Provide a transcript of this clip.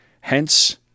Hence